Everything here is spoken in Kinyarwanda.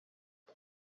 com